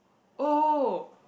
oh